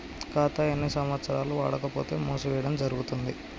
ఖాతా ఎన్ని సంవత్సరాలు వాడకపోతే మూసివేయడం జరుగుతుంది?